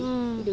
mm